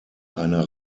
einer